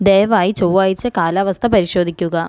ദയവായി ചൊവ്വാഴ്ച കാലാവസ്ഥ പരിശോധിക്കുക